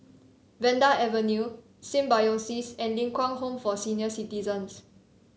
Vanda Avenue Symbiosis and Ling Kwang Home for Senior Citizens